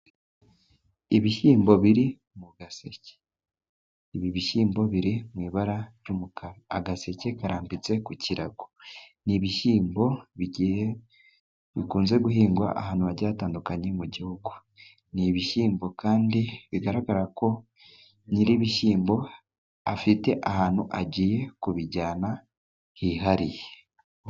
Ibishyimbo biri mu gaseke. Ibi bishyimbo biri mu ibara ry'umukara. Agaseke karambitse ku kirago. Ni ibishyimbo bikunze guhingwa ahantu hagiye hatandukanye mu gihugu. Ni ibishyimbo kandi bigaragara ko nyir'ibishyimbo afite ahantu agiye kubijyana hihariye.